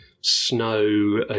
snow